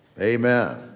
Amen